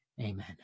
Amen